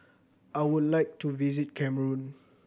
I would like to visit Cameroon